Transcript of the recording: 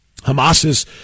Hamas's